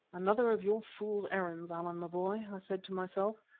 another of your fool's errands, allan my boy, i said to myself.